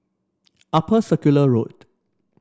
Upper Circular Road